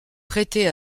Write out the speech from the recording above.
prêté